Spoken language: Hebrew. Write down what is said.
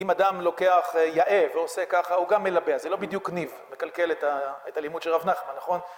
אם אדם לוקח יאה ועושה ככה הוא גם מלבה אז זה לא בדיוק ניב מקלקל את הלימוד של רב נחמן נכון